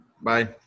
bye